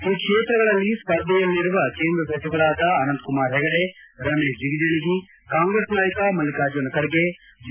ಈ ಕ್ಷೇತ್ರಗಳಲ್ಲಿ ಸ್ಪರ್ಧೆಯಲ್ಲಿರುವ ಕೇಂದ್ರ ಸಚಿವರಾದ ಅನಂತಕುಮಾರ್ ಪೆಗಡೆ ರಮೇಶ್ ಜಿಗಜಿಣಗಿ ಕಾಂಗ್ರೆಸ್ ನಾಯಕ ಮಲ್ಲಿಕಾರ್ಜುನ ಖರ್ಗೆ ಜಿ